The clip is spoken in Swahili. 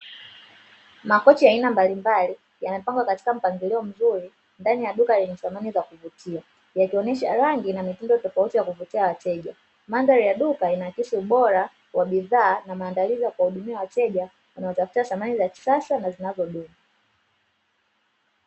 Makochi ya aina mbalimbali yamepangwa katika mpangilio mzuri ndani ya duka lenye samani za kuvutia yakionesha rangi na mitindo tofauti tofauti ya kuvutia wateja. Mandhari ya duka inaakisi ubora wa bidhaa na maandalizi ya kuwahudumia wateja wanaotafuta samani za kisasa na zinazodumu.